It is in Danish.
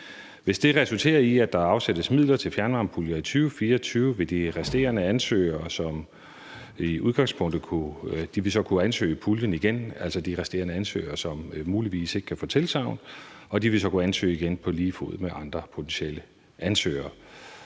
Hvis det resulterer i, at der afsættes midler til fjernvarmepuljer i 2024, vil de resterende ansøgere, som muligvis ikke kan få tilsagn, kunne ansøge puljen igen på lige fod med andre potentielle ansøgere.